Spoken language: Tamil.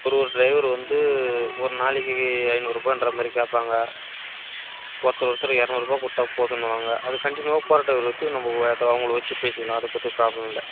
ஒரு ஒரு ட்ரைவர் வந்து ஒரு நாளைக்கு ஐந்நூறுரூபான்ற மாதிரி கேட்பாங்க ஒருத்தர் ஒருத்தர் இரநூறுபா கொடுத்தா போதுன்னுவாங்க அது கண்ட்டினியூவாக போகிற ட்ரைவர் வச்சு அவங்கள வச்சு பேசிக்கலாம் அதை பற்றி ப்ராப்ளம் இல்லை